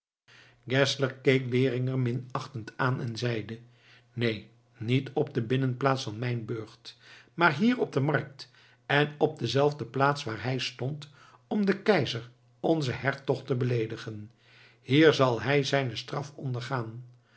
keek beringer minachtend aan en zeide neen niet op de binnenplaats van mijn burcht maar hier op de markt en op dezelfde plaats waar hij stond om den keizer onzen hertog te beleedigen hier zal hij zijne straf ondergaan